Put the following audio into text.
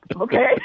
okay